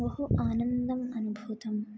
बहु आनन्दम् अनुभूतं